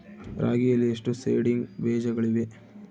ರಾಗಿಯಲ್ಲಿ ಎಷ್ಟು ಸೇಡಿಂಗ್ ಬೇಜಗಳಿವೆ?